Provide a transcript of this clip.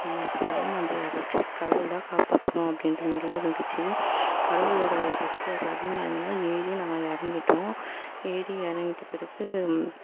மனசுக்குள்ளே நம்மள யாராச்சும் கடவுள்தான் காப்பாற்றணும் அப்படின்ட்டு மாரிலாம் இருந்துச்சு கடவுளோடய சக்தி அதில் அதிகமாக இருந்ததால் ஏறி நாங்கள் இறங்கிட்டோம் ஏறி இறங்கிட்ட பிறகு